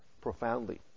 profoundly